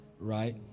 right